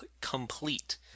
complete